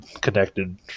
connected